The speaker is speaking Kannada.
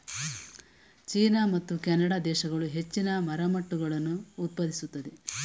ಚೀನಾ ಮತ್ತು ಕೆನಡಾ ದೇಶಗಳು ಹೆಚ್ಚಿನ ಮರಮುಟ್ಟುಗಳನ್ನು ಉತ್ಪಾದಿಸುತ್ತದೆ